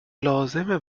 لازمه